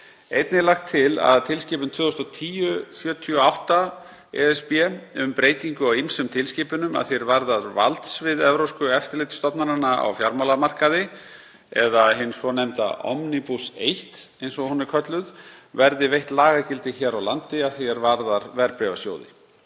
Einnig er lagt til að tilskipun 2010/78/ESB um breytingu á ýmsum tilskipunum að því er varðar valdsvið Evrópsku eftirlitsstofnananna á fjármálamarkaði, eða Omnibus 1 eins og hún er kölluð, verði veitt lagagildi hér á landi að því er varðar verðbréfasjóði.